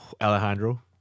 Alejandro